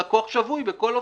הוא לקוח שבוי מכל הבחינות.